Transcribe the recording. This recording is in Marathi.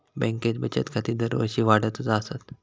बँकेत बचत खाती दरवर्षी वाढतच आसत